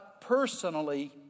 personally